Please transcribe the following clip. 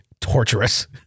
torturous